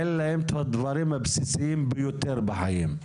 אין להם את הדברים הבסיסיים ביותר בחיים.